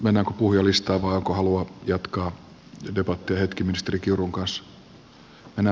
mennäänkö puhujalistaan vai onko halua jatkaa debattia hetki ministeri kiurun kanssa